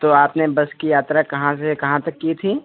तो आपने बस की यात्रा कहाँ से कहाँ तक की थी